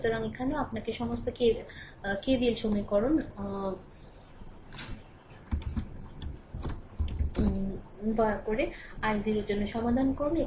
সুতরাং এখানেও আপনি সমস্ত KVL সমীকরণ দয়া করে i0 এর জন্য সমাধান করুন